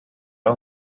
our